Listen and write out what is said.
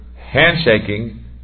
handshaking